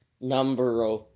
number